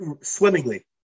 Swimmingly